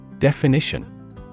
Definition